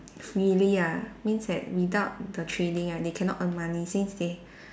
really ah means that without the trading right they cannot earn money since they